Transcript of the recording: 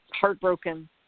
heartbroken